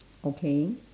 okay